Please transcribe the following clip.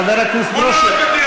חבר הכנסת ברושי, הוא נולד בטירת צבי.